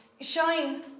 shine